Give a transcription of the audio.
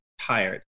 tired